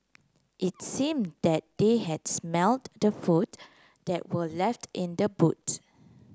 it seem that they had smelt the food that were left in the boot